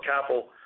capital